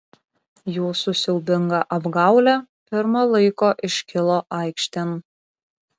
jūsų siaubinga apgaulė pirma laiko iškilo aikštėn